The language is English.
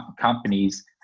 companies